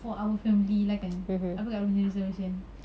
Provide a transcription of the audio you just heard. for our family lah kan apa kak long punya resolution